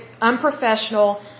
unprofessional